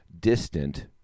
distant